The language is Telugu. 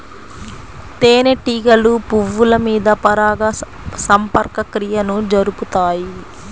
తేనెటీగలు పువ్వుల మీద పరాగ సంపర్క క్రియను జరుపుతాయి